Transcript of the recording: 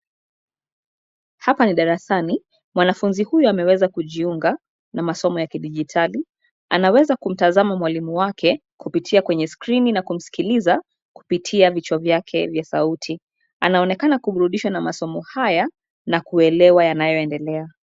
Hapa ni darasani. Mwanafunzi huyu ameweza kujiunga na masomo ya kidijitali. Anaweza kumtazama mwalimu wake kupitia kwenye skrini na kumskiliza kupitia vichwa vyake vya sauti. Anaonekana kuburudishwa na masomo haya na kuelewa yanayoendelea.